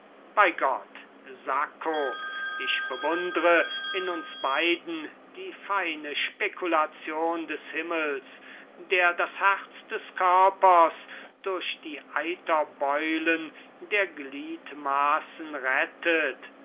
bei gott sacco ich bewundre in uns beiden die feine spekulation des himmels der das herz des körpers durch die eiterbeulen der gliedmaßen rettet